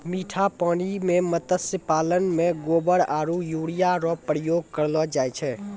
मीठा पानी मे मत्स्य पालन मे गोबर आरु यूरिया रो प्रयोग करलो जाय छै